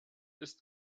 ist